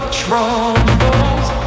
troubles